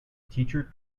teacher